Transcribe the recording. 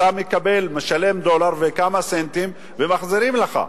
אתה משלם דולר וכמה סנטים ומחזירים לך.